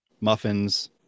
muffins